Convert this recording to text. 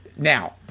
Now